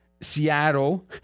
Seattle